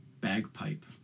bagpipe